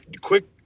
Quick